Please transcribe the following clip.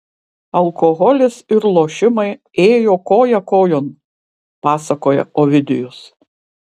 alkoholis ir lošimai ėjo koja kojon pasakoja ovidijus